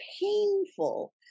painful